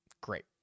great